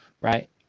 Right